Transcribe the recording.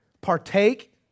partake